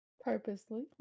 Purposely